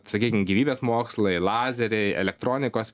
sakykim gyvybės mokslai lazeriai elektronikos